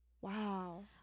Wow